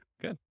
good